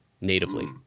natively